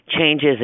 changes